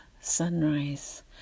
sunrise